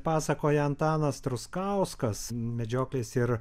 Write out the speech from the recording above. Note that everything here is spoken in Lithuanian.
pasakoja antanas truskauskas medžioklės ir